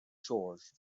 chores